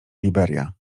liberia